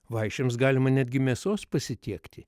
vaišėms galima netgi mėsos pasitiekti